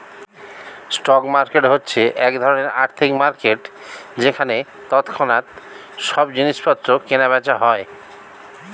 stock market হচ্ছে এক ধরণের আর্থিক মার্কেট যেখানে তৎক্ষণাৎ সব জিনিসপত্র কেনা বেচা হয়